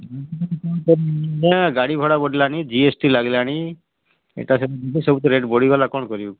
ଗାଡ଼ି ଭଡ଼ା ବଢ଼ିଲାଣି ଜି ଏସ୍ ଟି ଲାଗିଲାଣି ଏଟା ସବୁ ତ ରେଟ୍ ବଢ଼ିଗଲା କ'ଣ କରିବୁ